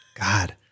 god